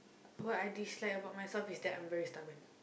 what I dislike about myself is that I'm very stubborn